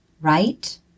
right